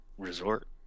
resort